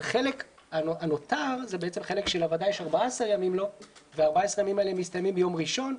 החלק הנותר הוא החלק שלוועדה יש 14 ימים לו והם מסתיימים ביום ראשון.